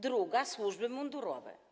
Druga: służby mundurowe.